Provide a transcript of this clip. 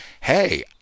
hey